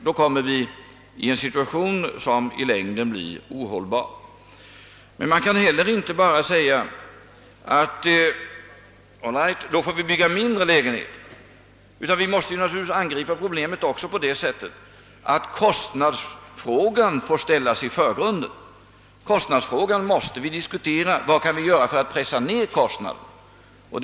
Då uppstår en i längden ohållbar situation. Å andra sidan kan man inte bara säga: All right, då får vi bygga mindre lägenheter. Det gäller också att angripa problemet genom att ställa kostnadsfrågan i förgrunden: Vad kan vi göra för att pressa ned kostnaderna?